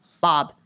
Bob